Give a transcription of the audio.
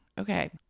Okay